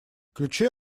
ключи